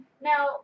now